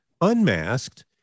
unmasked